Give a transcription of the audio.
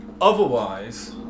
Otherwise